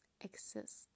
exist